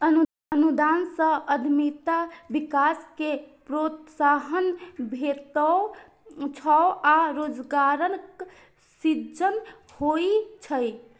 अनुदान सं उद्यमिता विकास कें प्रोत्साहन भेटै छै आ रोजगारक सृजन होइ छै